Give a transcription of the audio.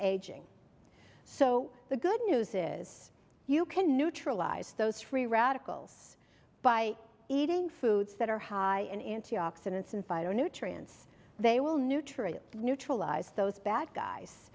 aging so the good news is you can neutralize those free radicals by eating foods that are high in antioxidants and fido nutrients they will nutrients neutralize those bad guys